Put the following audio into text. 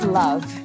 love